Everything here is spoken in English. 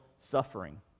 suffering